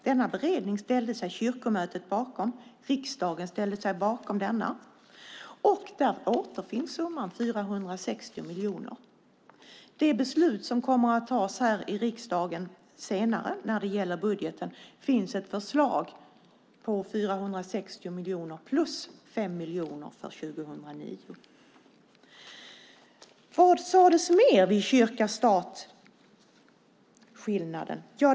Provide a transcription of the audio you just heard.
Denna beredning ställde sig kyrkomötet bakom och riksdagen ställde sig bakom den. Där återfinns summan 460 miljoner. Inför det beslut som kommer att tas här i riksdagen senare när det gäller budgeten finns ett förslag på 460 miljoner. Därtill kommer 5 miljoner för 2009. Vad sades mer vid avskiljandet av kyrkan från staten?